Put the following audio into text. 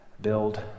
build